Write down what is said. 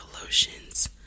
lotions